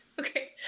Okay